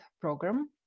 program